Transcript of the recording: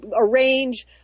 arrange